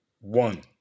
one